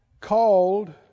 called